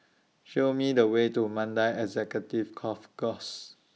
Show Me The Way to Mandai Executive Golf Course